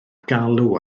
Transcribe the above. galw